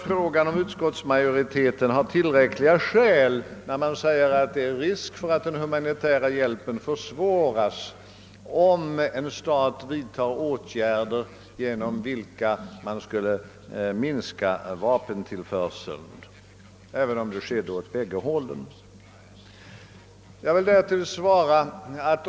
Fråga är om utskottsmajoriteten har tillräckliga skäl för påståendet att det är stor risk för att den humanitära hjälpen förhindras om en utanförstående stat vidtar åtgärder genom vilka man söker minska vapentillförseln åt bägge hållen.